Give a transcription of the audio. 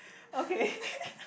okay